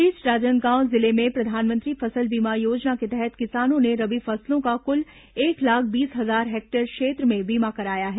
इस बीच राजनांदगांव जिले में प्रधानमंत्री फसल बीमा योजना के तहत किसानों ने रबी फसलों का कुल एक लाख बीस हजार हेक्टेयर क्षेत्र में बीमा कराया है